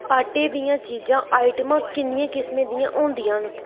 आट्टे दियां चीजां आइटमां किन्नियें किस्में दियां होंदियां न